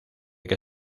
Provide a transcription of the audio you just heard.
que